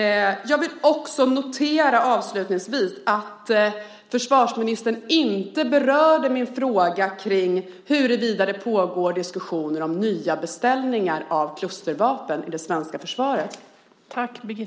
Jag vill också avslutningsvis notera att försvarsministern inte berörde min fråga om huruvida det pågår diskussioner om nya beställningar av klustervapen till det svenska försvaret.